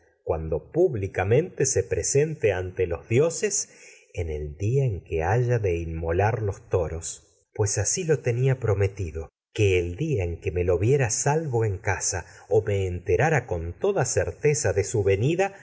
el públicamente se presente ante toros dioses en día en que haya de inmolar los que pues así lo tenía en casa prometido o me el día en que me lo viera salvo su enterara con toda certeza de venida